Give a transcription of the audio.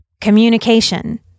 Communication